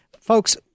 folks